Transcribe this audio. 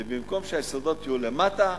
ובמקום שהיסודות יהיו למטה,